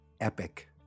epic